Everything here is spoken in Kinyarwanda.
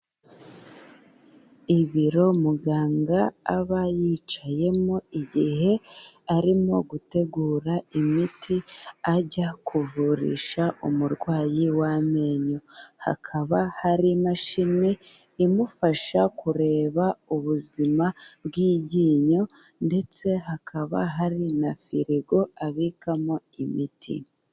Ibiro muganga aba yicayemo igihe arimo gutegura imiti ajya kuvurisha umurwayi w'amenyo. Hakaba hari imashini imufasha kureba ubuzima bw'iryinyo, ndetse hakaba hari na firigo abikamo imiti.